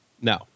No